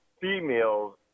females